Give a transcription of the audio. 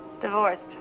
Divorced